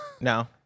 No